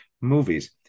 movies